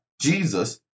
Jesus